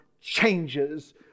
changes